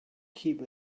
keep